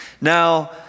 Now